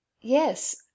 yes